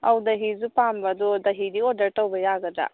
ꯑꯧ ꯗꯍꯤꯁꯨ ꯄꯥꯝꯕ ꯑꯗꯣ ꯗꯍꯤꯗꯤ ꯑꯣꯔꯗꯔ ꯇꯧꯕ ꯌꯥꯒꯗ꯭ꯔꯥ